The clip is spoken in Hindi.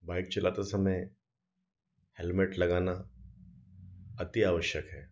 बाइक़ चलाते समय हेलमेट लगाना अति आवश्यक है